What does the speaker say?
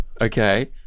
Okay